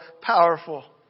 powerful